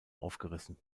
aufgerissen